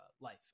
life